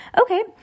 Okay